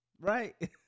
Right